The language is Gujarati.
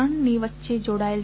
ની વચ્ચે જોડાયેલ છે